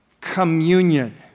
communion